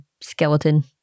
skeleton